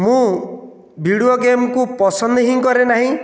ମୁଁ ଭିଡ଼ିଓ ଗେମ୍କୁ ପସନ୍ଦ ହିଁ କରେନାହିଁ